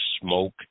smoke